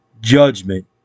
Judgment